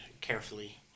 carefully